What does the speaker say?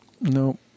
no